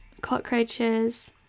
cockroaches